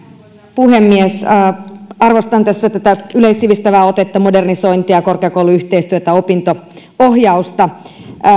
puhemies arvostan tässä tätä yleissivistävää otetta modernisointia korkeakouluyhteistyötä ja opinto ohjausta